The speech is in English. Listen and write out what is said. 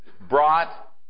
brought